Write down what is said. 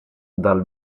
dal